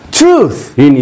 truth